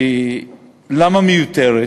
למה מיותרת?